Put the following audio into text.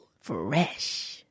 Fresh